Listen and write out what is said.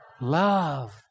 love